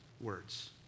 words